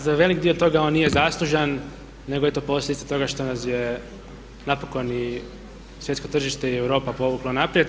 Za velik dio toga on nije zaslužan, nego eto posljedica toga što nas je napokon i svjetsko tržište i Europa povuklo naprijed.